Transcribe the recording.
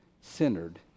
centered